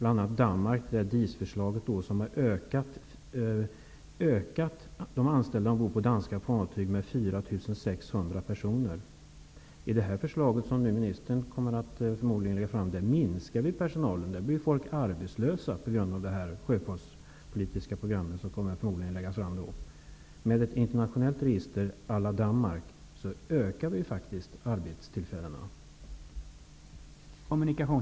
I Danmark har DIS ökat antalet anställda ombord på danska fartyg med 4 600. Det förslag till sjöfartspolitiskt program som ministern förmodligen kommer att lägga fram innebär att personalen kommer att minska, att människor kommer att bli arbetslösa. Med ett internationellt register à la Danmark skulle vi öka antalet arbetstillfällen.